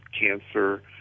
cancer